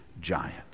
giant